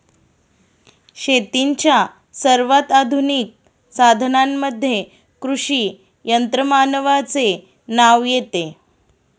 शेतीच्या सर्वात आधुनिक साधनांमध्ये कृषी यंत्रमानवाचे नाव येते